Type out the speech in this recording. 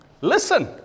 Listen